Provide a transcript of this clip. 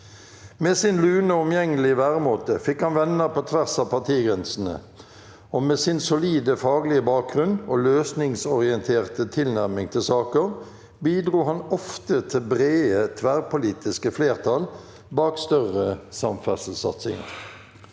Med sin lune og omgjengelige væremåte fikk han venner på tvers av partigrensene, og med sin solide faglige bakgrunn og løsningsorienterte tilnærming til saker bidro han ofte til brede, tverrpolitiske flertall bak større samferdselssatsinger.